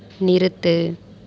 நிறுத்து